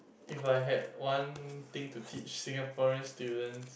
if I had one thing to teach Singaporean students